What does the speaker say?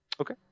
Okay